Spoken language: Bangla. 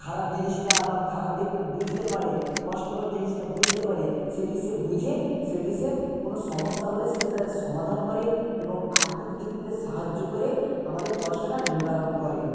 খারাপ জিনিসটা বা খারাপ দিকটা বুঝতে পারে কষ্টকর জিনিসটা বুঝতে পারে সেটি সে বুঝে সেটি সে কোনো সমস্যা হলে সেটি সে এ সমাধান করে এবং আর্থিক দিক থেকে সাহায্য করে আমাদের কষ্টটা নিবারণ করে